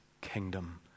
kingdom